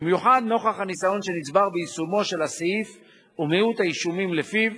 במיוחד נוכח הניסיון שנצבר ביישומו של הסעיף ומיעוט האישומים לפיו,